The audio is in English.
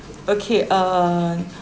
okay uh